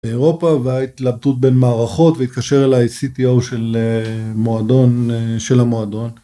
באירופה וההתלבטות בין מערכות והתקשר אליי CTO של המועדון.